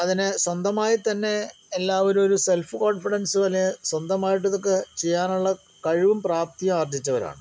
അതിന് സ്വന്തമായി തന്നെ എല്ലാവരും ഒരു സെൽഫ് കോൺഫിഡൻസ് പോലെ സ്വന്തമായിട്ട് ഇതൊക്കെ ചെയ്യാനുള്ള കഴിവും പ്രാപ്തിയും ആർജ്ജിച്ചവരാണ്